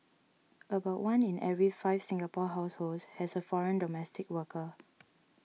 about one in every five Singapore households has a foreign domestic worker